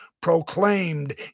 proclaimed